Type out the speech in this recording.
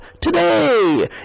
today